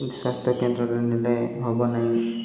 ସ୍ୱାସ୍ଥ୍ୟକେନ୍ଦ୍ରରେ ନେଲେ ହେବ ନାହିଁ